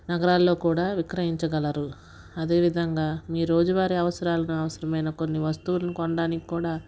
నగరాల్లో కూడా విక్రయించగలరు అదేవిధంగా మీ రోజువారి అవసరాలకు అవసరమైన కొన్ని వస్తువులు కొనడానికి కూడా